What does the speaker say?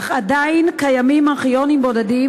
אך עדיין קיימים ארכיונים בודדים,